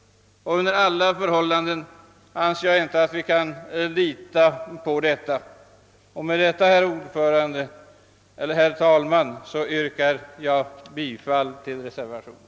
Under alla förhållanden anser jag inte att man kan lita på att medel kommer in denna väg. Med detta yrkar jag bifall till reservationen.